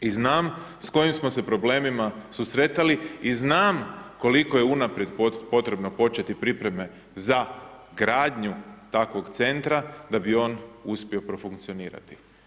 I znam s kojim smo se problemima susretali i znam koliko je unaprijed potrebno početi pripreme za gradnju takvog centra da bi on uspio profunkcionirati.